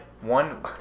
One